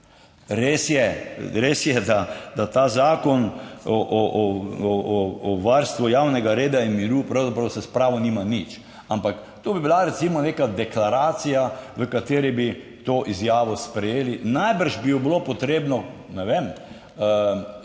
res je, da ta Zakon o varstvu javnega reda in miru pravzaprav s spravo nima nič, ampak to bi bila recimo neka deklaracija, v kateri bi to izjavo sprejeli, najbrž bi jo bilo potrebno ne